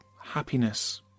happiness